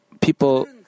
people